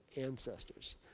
ancestors